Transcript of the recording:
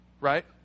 right